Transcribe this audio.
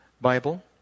Bible